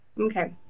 okay